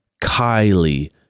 Kylie